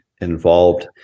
involved